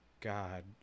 God